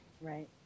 Right